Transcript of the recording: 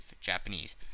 Japanese